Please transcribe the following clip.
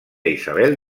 isabel